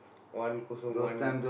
one kosong one